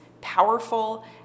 powerful